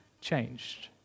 changed